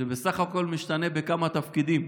כי זה בסך הכול משתנה בכמה תפקידים.